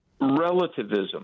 relativism